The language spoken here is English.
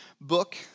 book